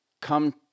come